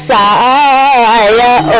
aa